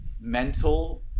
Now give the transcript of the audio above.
mental –